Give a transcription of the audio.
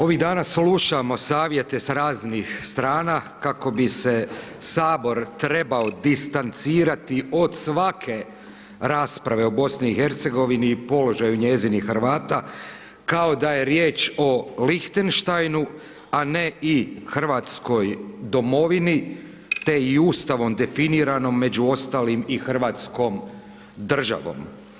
Ovih dana slušamo savjete sa raznih strana kako bi se Sabor trebao distancirati od svake rasprave o BiH i položaju njezinih Hrvata kao da je riječ o Lihtenštajnu a ne i Hrvatskoj domovini te i Ustavom definirano među ostalim i Hrvatskom državom.